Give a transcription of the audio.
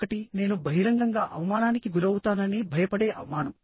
ఒకటినేను బహిరంగంగా అవమానానికి గురవుతానని భయపడే అవమానం